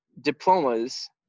diplomas